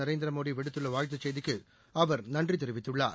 நரேந்திர மோடி விடுத்துள்ள வாழ்த்துச் செய்திக்கு அவர் நன்றி தெரிவித்துள்ளார்